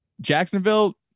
Jacksonville